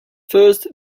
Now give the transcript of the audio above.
first